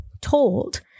told